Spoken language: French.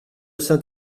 saint